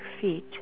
feet